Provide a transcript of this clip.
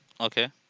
Okay